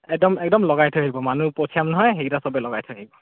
একদম একদম লগাই থৈ আহিব মানুহ পঠিয়াম নহয় সেইকেইটা সবেই লগাই থৈ আহিব